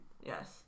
Yes